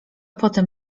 potem